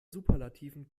superlativen